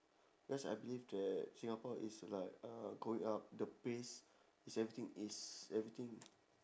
because I believe that singapore is like uh going up the place is everything is everything